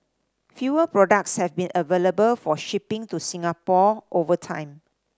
fewer products have been available for shipping to Singapore over time